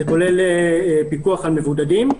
כולל פיקוח על מבודדים,